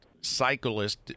cyclist